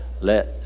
let